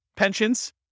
Pensions